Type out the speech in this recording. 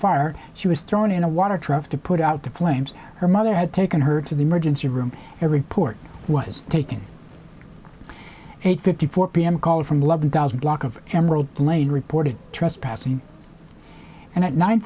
fire she was thrown in a water truck to put out the flames her mother had taken her to the emergency room every port was taking eight fifty four pm call from eleven thousand block of emerald lane reported trespassing and at nine